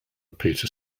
peter